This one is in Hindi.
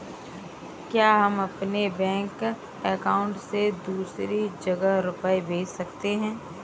क्या हम अपने बैंक अकाउंट से दूसरी जगह रुपये भेज सकते हैं?